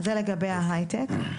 אז זה לגבי ההיי טק.